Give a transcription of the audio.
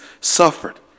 suffered